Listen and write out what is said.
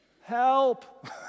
Help